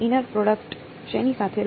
inner product શેની સાથે લો